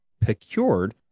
procured